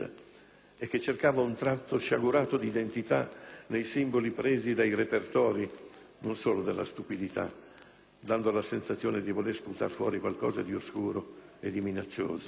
e che cercava un tratto sciagurato d'identità nei simboli presi dai repertori non solo della stupidità, dando la sensazione di voler sputar fuori qualcosa di oscuro e di minaccioso.